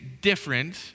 different